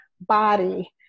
body